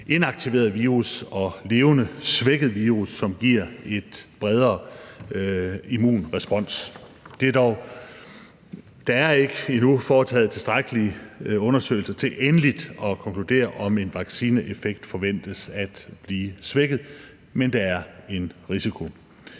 inaktiveret virus og levende svækket virus, som giver en bredere immunrespons. Der er endnu ikke foretaget tilstrækkelige undersøgelser til endelig at konkludere, om en vaccineeffekt forventes at blive svækket, men der er en risiko